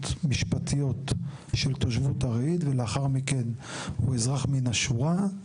משפטיות של תושבות ארעית ולאחר מכן הוא אזרח מן השורה.